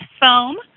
Foam